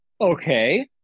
Okay